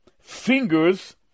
fingers